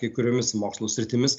kai kuriomis mokslo sritimis